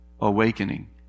awakening